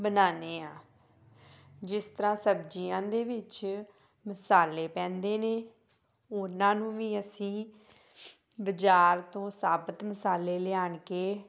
ਬਣਾਉਂਦੇ ਹਾਂ ਜਿਸ ਤਰ੍ਹਾਂ ਸਬਜ਼ੀਆਂ ਦੇ ਵਿੱਚ ਮਸਾਲੇ ਪੈਂਦੇ ਨੇ ਉਹਨਾਂ ਨੂੰ ਵੀ ਅਸੀਂ ਬਾਜ਼ਾਰ ਤੋਂ ਸਾਬਤ ਮਸਾਲੇ ਲਿਆ ਕੇ